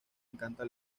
encanta